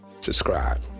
subscribe